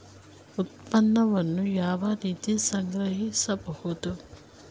ಉತ್ಪನ್ನವನ್ನು ಯಾವ ರೀತಿ ಸಂಗ್ರಹಿಸಬಹುದು?